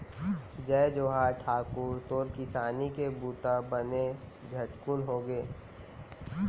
जय जोहार ठाकुर, तोर किसानी के बूता बने झटकुन होगे?